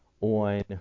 on